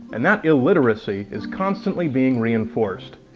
and that illiteracy is constantly being reinforced.